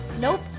nope